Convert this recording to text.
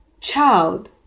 child